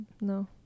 No